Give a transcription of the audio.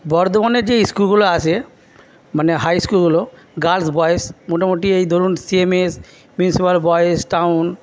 বর্ধমানে যে স্কুলগুলো আছে মানে হাই স্কুলগুলো গার্লস বয়েজ মোটামুটি এই ধরুন same as municipal boys town